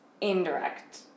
indirect